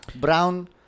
Brown